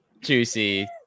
juicy